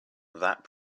that